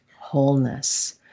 wholeness